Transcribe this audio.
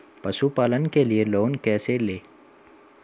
पशुपालन के लिए लोन कैसे लें?